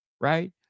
right